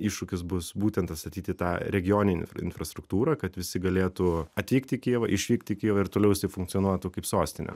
iššūkis bus būtent atstatyti tą regioninę infrastruktūrą kad visi galėtų atvykti į kijevą išvykti į kijevą ir toliau jisai funkcionuotų kaip sostinė